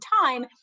time